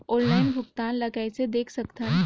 Online भुगतान ल कइसे देख सकथन?